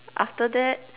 after that